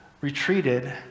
retreated